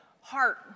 heart